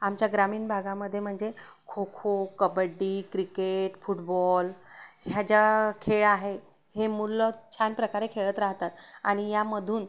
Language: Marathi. आमच्या ग्रामीण भागामध्ये म्हणजे खो खो कबड्डी क्रिकेट फुटबॉल ह्या ज्या खेळ आहे हे मुलं छानप्रकारे खेळत राहतात आणि यामधून